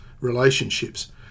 relationships